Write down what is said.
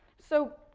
so,